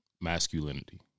masculinity